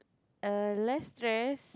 uh less stress